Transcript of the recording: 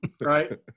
Right